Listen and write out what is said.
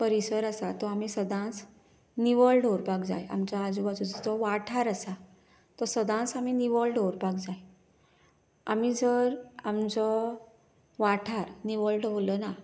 परिसर आसा तो सदांच निवळ दवरपाक जाय आमच्या आजुबाजूचो जो वाठांर आसा तो सदांच आमी निवळ दवरपाक जाय आमी जर आमचो वाठार निवळ दवरलो ना